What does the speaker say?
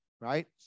right